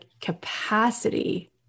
capacity